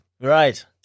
Right